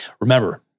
Remember